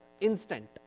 instant